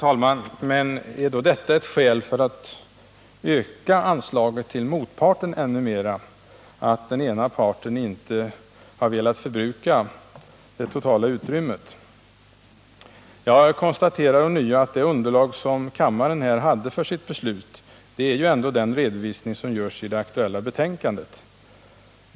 Herr talman! Men är det ett skäl för att ytterligare öka anslaget till den ena sidan att motsidan inte har velat förbruka det totala utrymmet? Jag konstaterar ånyo att det underlag som kammaren hade för sitt beslut var den redovisning som gjordes i det aktuella betänkandet.